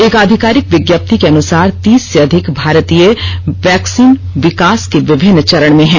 एक आधिकारिक विज्ञप्ति के अनुसार तीस से अधिक भारतीय वैक्सीन विकास के विभिन्न चरण में हैं